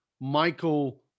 Michael